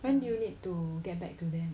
when do you need to get back to them